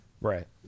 Right